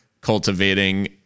cultivating